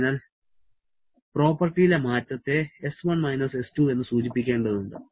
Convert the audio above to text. അതിനാൽ പ്രോപ്പർട്ടിയിലെ മാറ്റത്തെ S1 S2 എന്ന് സൂചിപ്പിക്കേണ്ടതുണ്ട്